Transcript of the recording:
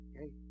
Okay